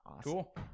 Cool